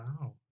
Wow